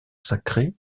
sacrée